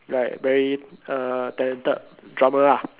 like very uh talented drummer ah